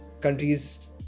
countries